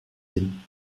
hin